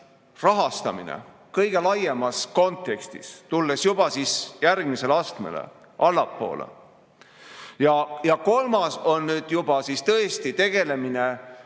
rahastamine kõige laiemas kontekstis, tulles juba järgmisele astmele, allapoole. Ja kolmas on nüüd juba tõesti tegelemine